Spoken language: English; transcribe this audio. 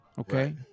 Okay